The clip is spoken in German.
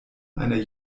einer